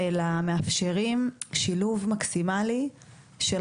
אלא מאפשרים שילוב מקסימלי של